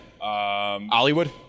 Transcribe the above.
Hollywood